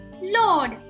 Lord